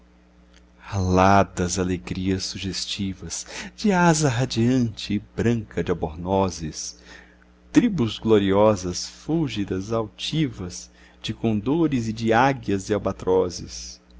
aladas alegrias sugestivas de asa radiante e branca de albornozes tribos gloriosas fulgidas altivas de condores e de águias e albatrozes